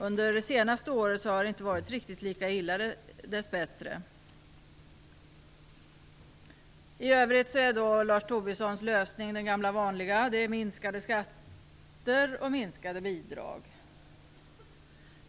Under det senaste året har det dess bättre inte varit riktigt lika illa. I övrigt är Lars Tobissons lösning den gamla vanliga. Det är minskade skatter och minskade bidrag.